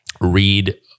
read